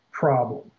Problem